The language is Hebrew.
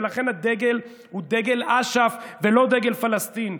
ולכן הדגל הוא דגל אש"ף ולא דגל פלסטין.